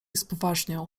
spoważniał